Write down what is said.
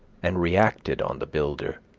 and reacted on the builder.